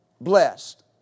blessed